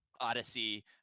odyssey